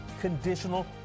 conditional